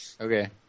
Okay